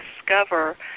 discover